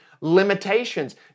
limitations